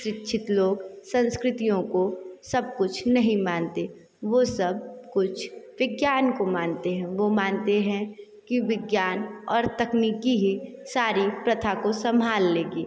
शिक्षित लोग संस्कृतियों को सब कुछ नहीं मानते वो सब कुछ विज्ञान को मानते हैं वो मानते हैं कि विज्ञान और तकनीकी ही सारी प्रथा को संभाल लेगी